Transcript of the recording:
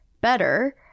better